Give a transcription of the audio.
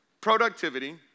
Productivity